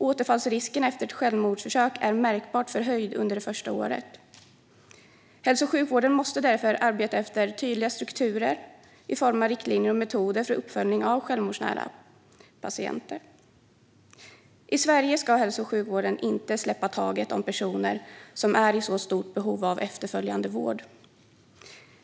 Återfallsrisken efter ett självmordsförsök är märkbart förhöjd under det första året. Hälso och sjukvården måste därför arbeta efter tydliga strukturer i form av riktlinjer och metoder för uppföljning av självmordsnära patienter. I Sverige ska hälso och sjukvården inte släppa taget om personer som är i så stort behov av efterföljande vård.